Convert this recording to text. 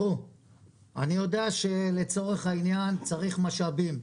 אני יודע שלצורך העניין צריך משאבים.